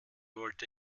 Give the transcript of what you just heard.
wollte